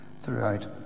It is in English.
throughout